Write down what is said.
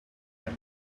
like